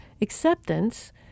acceptance